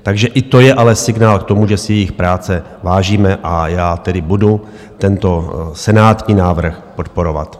Takže i to je ale signál k tomu, že si jejich práce vážíme, a já tedy budu tento senátní návrh podporovat.